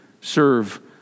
Serve